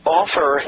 offer